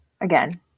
again